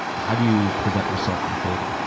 how do you prevent yourself from fading?